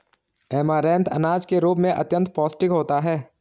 amaranth अनाज के रूप में अत्यंत पौष्टिक होता है